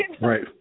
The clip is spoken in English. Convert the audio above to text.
Right